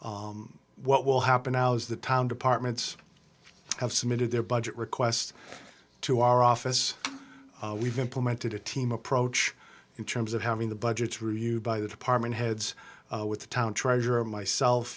available what will happen now is the time departments have submitted their budget request to our office we've implemented a team approach in terms of having the budgets reviewed by the department heads with the town treasurer myself